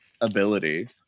ability